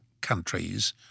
countries